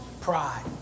Pride